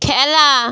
খেলা